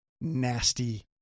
nasty